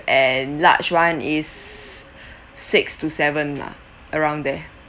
and large one is six to seven lah around there